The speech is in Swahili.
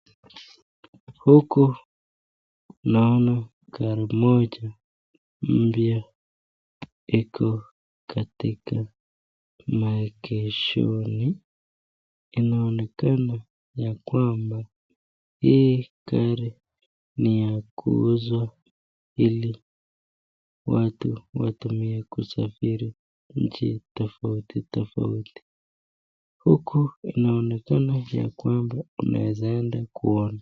Huku naona gari moja mpya iko katika maekeshoni, inaonekana ya kwamba hii gari ni ya kuuzwa hili mtu watumie kusafiri nchi tafauti tafauti , huku inaonekana ya kwamba unaezaenda kuona.